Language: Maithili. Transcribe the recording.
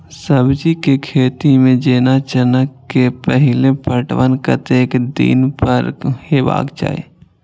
सब्जी के खेती में जेना चना के पहिले पटवन कतेक दिन पर हेबाक चाही?